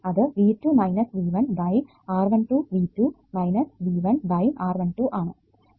അത് V2 V1 R12 V2 V1 R12 ആണ്